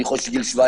גיל 17